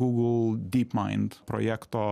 google dypmaind projekto